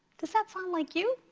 does that sound like you?